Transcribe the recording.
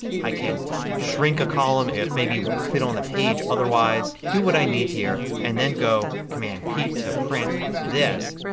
i can shrink a column if maybe it won't fit on a page otherwise. do what i need here and then go to command p to print this.